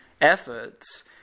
efforts